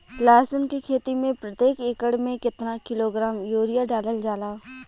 लहसुन के खेती में प्रतेक एकड़ में केतना किलोग्राम यूरिया डालल जाला?